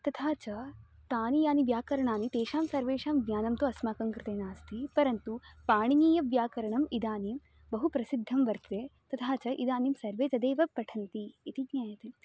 तथा च तानि यानि व्याकरणानि तेषां सर्वेषां ज्ञानं तु अस्माकं कृते नास्ति परन्तु पाणिनीयव्याकरणम् इदानीं बहु प्रसिद्धं वर्तते तथा च इदानीं सर्वे तदेव पठन्ति इति ज्ञायते